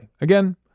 Again